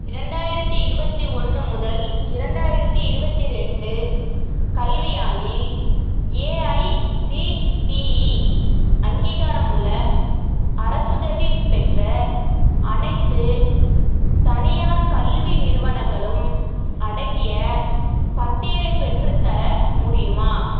இரண்டாயிரத்தி இருபத்தி ஒன்று முதல் இரண்டாயிரத்தி இருபத்தி ரெண்டு கல்வியாண்டில் ஏஐசிடிஇ அங்கீகாரமுள்ள அரசுதவி பெற்ற அனைத்துத் தனியார் கல்வி நிறுவனங்களும் அடங்கிய பட்டியலை பெற்றுத்தர முடியுமா